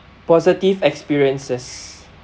positive experiences